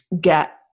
get